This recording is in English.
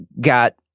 got